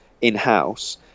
in-house